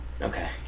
Okay